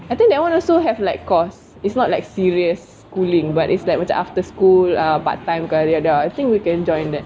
I think that [one] also have like course it's not like serious schooling but is like macam after school uh part time I think we can join that